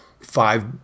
five